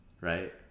right